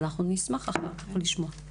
אנחנו נשמח לשמוע אחר כך.